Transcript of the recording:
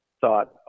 thought